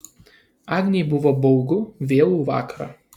agnei buvo baugu vėlų vakarą